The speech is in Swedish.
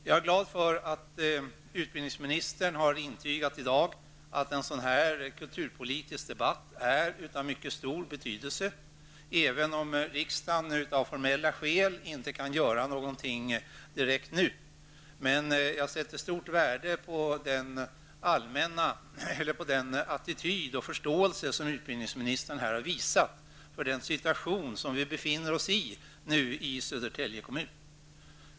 Jag är glad för att utbildningsministern i dag har intygat att en sådan här kulturpolitisk debatt är av mycket stor betydelse, även om riksdagen av formella skäl inte kan göra någonting direkt. Men jag sätter stort värde på den attityd och den förståelse som utbildningsministern här har visat för den situation som vi i Södertälje kommun nu befinner oss i.